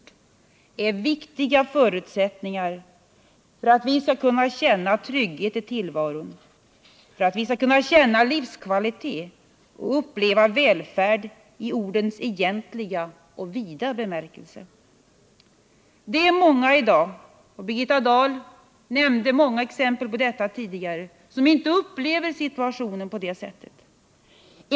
Det är viktiga förutsättningar för att vi skall kunna känna trygghet i tillvaron, för att vi skall kunna känna livskvalitet och uppleva välfärd i ordens egentliga och vida bemärkelse. Det är många som i dag inte upplever detta. Birgitta Dahl nämnde många exempel på det.